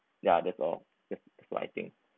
ya that's all that's so I think